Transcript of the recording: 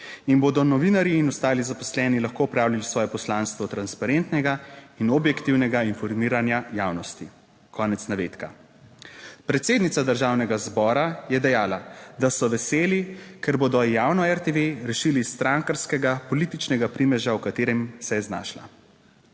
in bodo novinarji in ostali zaposleni lahko opravljali svoje poslanstvo transparentnega in objektivnega informiranja javnosti." (Konec navedka.) Predsednica Državnega zbora je dejala, da so veseli, ker bodo javno RTV rešili strankarskega političnega primeža, v katerem se je znašla.